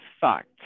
fact